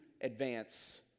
advance